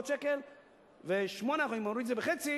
אם אני מוריד את זה בחצי